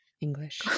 English